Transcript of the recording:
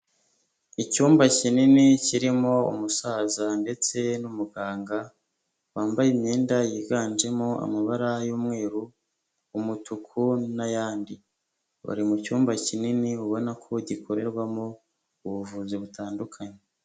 Icyumba kinini kirimo umusaza ndetse n'umuganga, wambaye imyenda yiganjemo amabara y'umweru, umutuku n'ayandi. Bari mu cyumba kinini ubona ko gikorerwamo ubuvuzi butandukanye.